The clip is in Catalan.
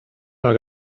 del